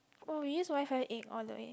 oh use WiFi egg all the way